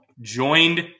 joined